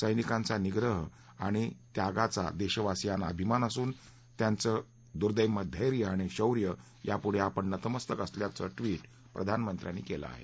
सैनिकांचा निग्रह आणि त्यागाचा देशवासियांना अभिमान असून त्यांचं दुईम्य धैर्य आणि शौर्यापुढं आपण नतमस्तक असल्याचं ट्विट प्रधानमंत्र्यांनी केलं आहे